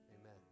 amen